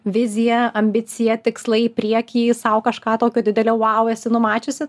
vizija ambicija tikslai į priekį sau kažką tokio didelio vau esi numačiusi